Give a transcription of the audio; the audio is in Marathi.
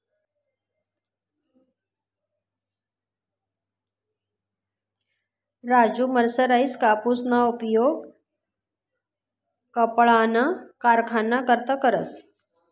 राजु मर्सराइज्ड कापूसना उपयोग कपडाना कारखाना करता करस